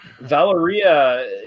Valeria